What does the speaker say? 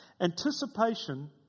Anticipation